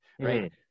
right